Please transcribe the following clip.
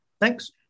thanks